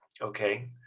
Okay